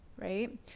right